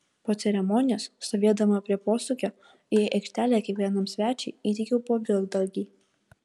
po ceremonijos stovėdama prie posūkio į aikštelę kiekvienam svečiui įteikiau po vilkdalgį